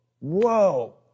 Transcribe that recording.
whoa